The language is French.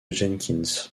jenkins